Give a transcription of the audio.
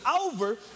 over